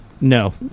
No